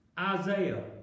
Isaiah